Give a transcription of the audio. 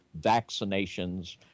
vaccinations